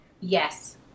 Yes